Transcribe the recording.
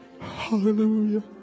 Hallelujah